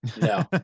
no